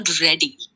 ready